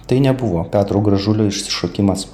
tai nebuvo petro gražulio išsišokimas